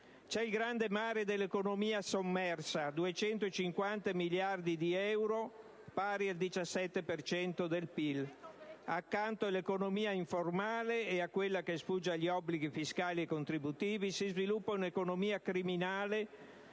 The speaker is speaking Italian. è il grande mare dell'economia sommersa (250 miliardi di euro, pari al 17 per cento del PIL); accanto all'economia informale e a quella che sfugge agli obblighi fiscali e contributivi, si sviluppa una economia criminale,